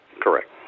Correct